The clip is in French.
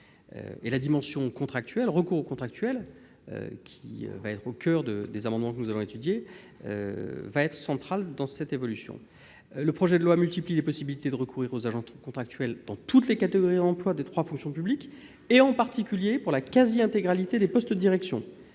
de la fonction publique. Le recours aux contractuels, qui sera au coeur des amendements que nous allons examiner, sera central dans cette évolution. Le projet de loi tend à multiplier les possibilités de recourir aux agents contractuels dans toutes les catégories d'emploi des trois fonctions publiques, en particulier pour la quasi-intégralité des postes de direction.